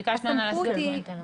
ביקשת ממנה להסביר, אז בואי ניתן לה.